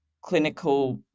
clinical